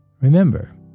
Remember